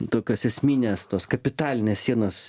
tokios esminės tos kapitalinės sienos